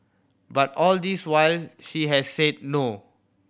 but all this while she has said no